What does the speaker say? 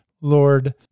Lord